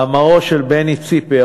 רק יומיים לפני, מאמרו של בני ציפר.